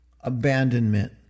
abandonment